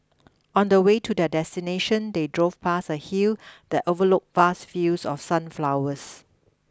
on the way to their destination they drove past a hill that overlooked vast fields of sunflowers